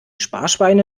sparschweine